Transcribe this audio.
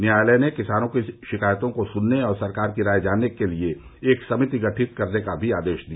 न्यायालय ने किसानों की शिकायतों को सुनने और सरकार की राय जानने के लिए एक समिति गठित करने का भी आदेश दिया